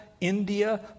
india